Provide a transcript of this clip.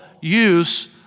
use